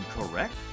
incorrect